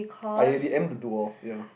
I already am the dwarf ya